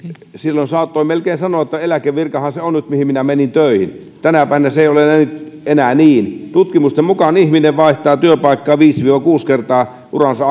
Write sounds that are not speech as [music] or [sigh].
saattoi melkein sanoa että eläkevirkahan se on nyt mihin minä menin töihin tänä päivänä se ei ole enää niin tutkimusten mukaan ihminen vaihtaa työpaikkaa viisi viiva kuusi kertaa uransa [unintelligible]